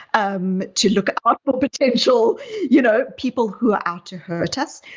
um to look out for potential you know people who are out to hurt us,